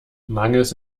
mangels